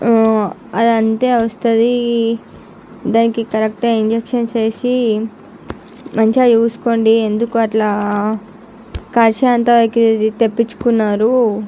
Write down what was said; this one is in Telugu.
అది అంతే వస్తుంది దానికి కరెక్ట్గా ఇంజక్షన్స్ చేసి మంచిగా చూసుకోండి ఎందుకు అట్లా కరిచే అంత తెప్పించుకున్నారు